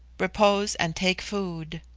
repose and take food.